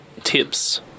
tips